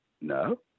No